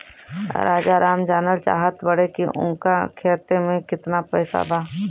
राजाराम जानल चाहत बड़े की उनका खाता में कितना पैसा बा?